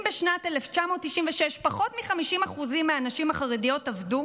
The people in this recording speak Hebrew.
אם בשנת 1996 פחות מ-50% מהנשים החרדיות עבדו,